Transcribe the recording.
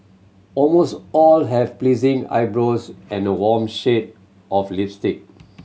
almost all have pleasing eyebrows and a warm shade of lipstick